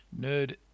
nerd